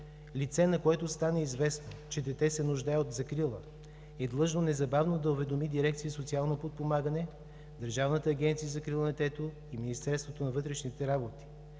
„Лице, на което стане известно, че дете се нуждае от закрила, е длъжно незабавно да уведоми Дирекция „Социално подпомагане“, Държавната агенция за закрила на детето и Министерството на вътрешните работи.